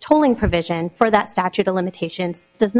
tolling provision for that statute of limitations does